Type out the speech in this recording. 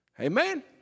Amen